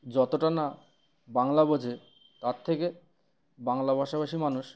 যতটা না বাংলা বোঝে তার থেকে বাংলা ভাষাভাষী মানুষ